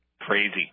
Crazy